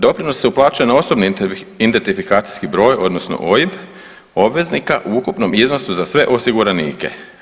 Doprinosi se uplaćuju na osobni identifikacijski broj odnosno OIB obveznika u ukupnom iznosu za sve osiguranike.